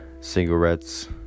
cigarettes